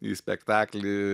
į spektaklį